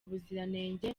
ubuziranenge